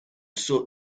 sought